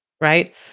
right